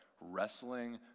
wrestling